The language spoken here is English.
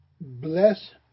Bless